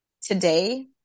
today